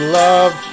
love